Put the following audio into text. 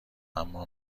اما